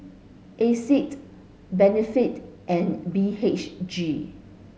Asics Benefit and B H G